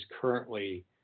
currently